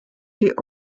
die